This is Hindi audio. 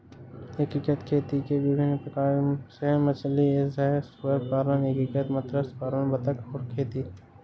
एकीकृत खेती के विभिन्न प्रकार हैं मछली सह सुअर पालन, एकीकृत मत्स्य पालन बतख और खेती